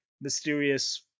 Mysterious